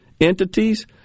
entities